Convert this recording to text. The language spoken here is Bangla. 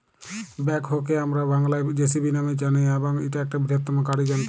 ব্যাকহো কে মোরা বাংলায় যেসিবি ন্যামে জানি এবং ইটা একটা বৃহত্তম গাড়ি যন্ত্র